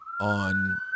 on